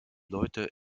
leute